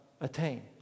attain